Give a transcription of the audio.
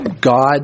God